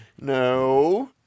no